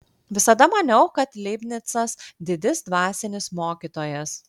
visada maniau kad leibnicas didis dvasinis mokytojas